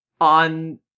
on